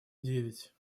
девять